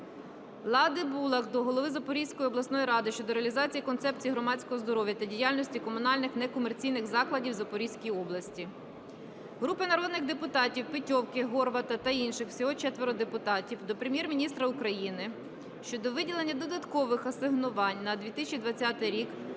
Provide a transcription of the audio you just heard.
Лади Булах до голови Запорізької обласної ради щодо реалізації концепції громадського здоров'я та діяльності комунальних некомерційних закладів в Запорізькій області. Групи народних депутатів (Петьовки, Горвата та інших. Всього 4 депутатів) до Прем'єр-міністра України щодо виділення додаткових асигнувань на 2020 рік